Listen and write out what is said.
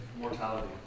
Mortality